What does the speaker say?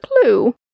clue